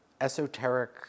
esoteric